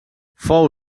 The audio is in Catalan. fou